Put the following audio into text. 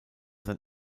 sein